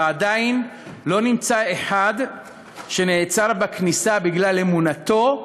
ועדיין לא נמצא אחד שנעצר בכניסה בגלל אמונתו,